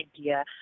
idea